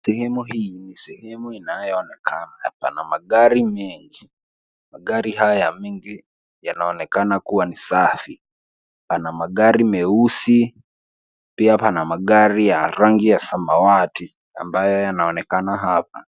Seheme hii ni sehemu inayoonekana pana magari mengi. Magari haya mengi yanaonekana kuwa nai safu. Pana magari meusi pia panaonekana magari ya rangi ya samawati ambayo yanaonekana hapa.